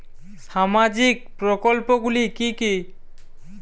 সামাজিক প্রকল্পগুলি কি কি?